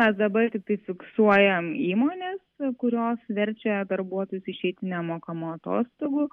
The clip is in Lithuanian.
mes dabar tiktai fiksuojam įmones kurios verčia darbuotojus išeiti nemokamų atostogų